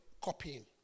copying